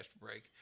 break